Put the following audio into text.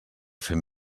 fent